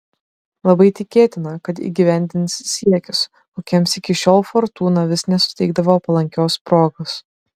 labai tikėtina kad įgyvendins siekius kokiems iki šiol fortūna vis nesuteikdavo palankios progos